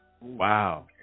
wow